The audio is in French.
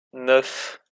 neuf